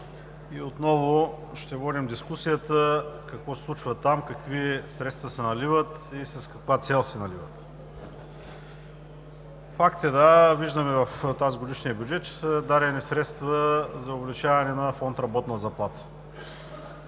и отново ще водим дискусията какво се случва там, какви средства се наливат и с каква цел се наливат. Факт е, да, виждаме в тазгодишния бюджет, че са дадени средства за увеличаване на фонд „Работна заплата“.